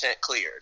cleared